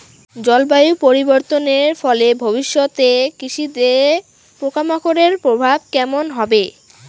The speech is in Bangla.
জলবায়ু পরিবর্তনের ফলে ভবিষ্যতে কৃষিতে পোকামাকড়ের প্রভাব কেমন হবে?